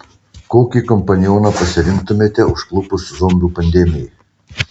kokį kompanioną pasirinktumėte užklupus zombių pandemijai